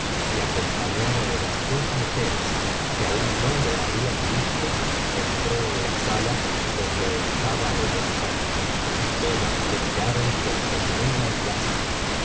y acompañada de las dos mujeres que aún no lo habían visto entró en la sala donde estaba el enfermo y todas le miraron con ternura y lástima